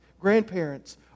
Grandparents